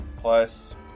plus